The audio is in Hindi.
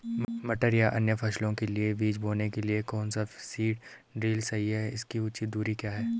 मटर या अन्य फसलों के बीज बोने के लिए कौन सा सीड ड्रील सही है इसकी उचित दूरी क्या है?